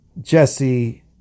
Jesse